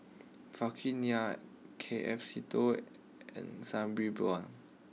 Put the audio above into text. Vikram Nair K F Seetoh and Sabri Buang